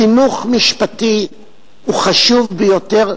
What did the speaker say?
חינוך משפטי הוא חשוב ביותר,